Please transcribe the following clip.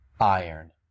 Iron